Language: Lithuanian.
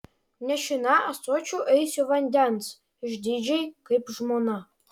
nešina ąsočiu eisiu vandens išdidžiai kaip žmona